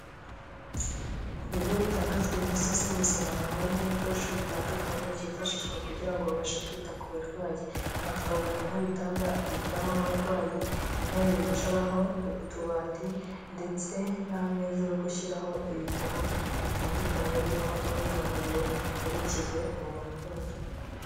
Mu bigo bitanga serivisi z'ubuzima, haba harimo ibikoresho bitandukanye byifashishwa kugira ngo babashe kwita ku barwayi, aha twavuga nk'ibitanda biryamaho abarwayi, intebe yicaraho, utubati ndetse n'ameza yo gushyiraho ibitabo bitandukanye, birimo imyirondoro yerekeye uwo murwayi.